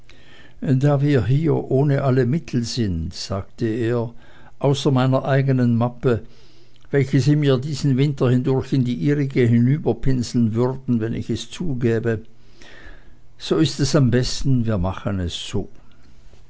da wir hier ohne alle mittel sind sagte er außer meiner eigenen mappe welche sie mir diesen winter hindurch in die ihrige hinüberpinseln würden wenn ich es zugäbe so ist es am besten wir machen es so